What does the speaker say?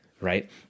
right